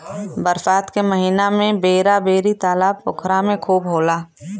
बरसात के महिना में बेरा बेरी तालाब पोखरा में खूब होला